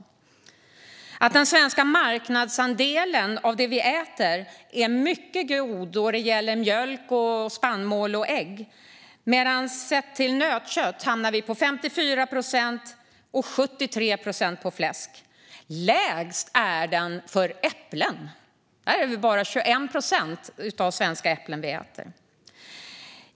Vidare är den svenska marknadsandelen av det vi äter mycket god då det gäller mjölk, spannmål och ägg, medan vi hamnar på 54 procent för nötkött och 73 procent för fläsk. Lägst är siffran för äpplen. Bara 21 procent av de äpplen vi äter är svenska.